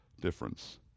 difference